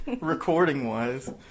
Recording-wise